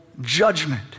Judgment